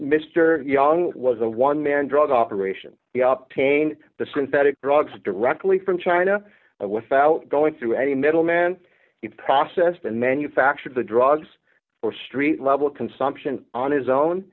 mr young was a one man drug operation the up pain the synthetic drugs directly from china without going through any middleman process and manufacture the drugs or street level consumption on his own